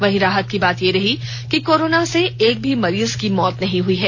वहीं राहत की बात यह रही कि कोरोना से एक भी मरीज की मौत नहीं हई है